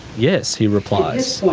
yes he replies,